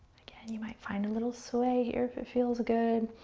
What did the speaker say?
again, you might find a little sway here if it feels good.